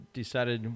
decided